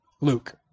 Luke